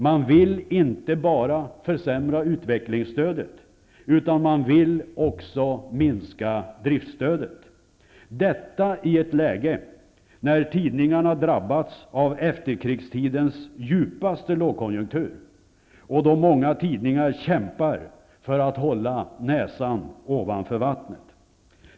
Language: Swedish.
Man vill inte bara försämra utvecklingsstödet, utan man vill också minska driftstödet, detta i ett läge när tidningarna drabbats av efterkrigstidens djupaste lågkonjunktur och då många tidningar kämpar för att hålla näsan ovanför vattnet.